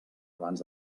abans